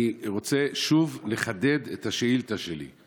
אני רוצה לחדד שוב את השאילתה שלי.